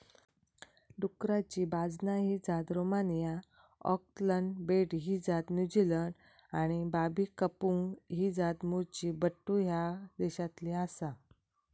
डुकराची बाजना ही जात रोमानिया, ऑकलंड बेट ही जात न्युझीलंड आणि बाबी कंपुंग ही जात मूळची बंटू ह्या देशातली आसा